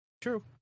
True